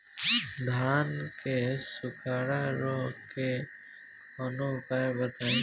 धान के सुखड़ा रोग के कौनोउपाय बताई?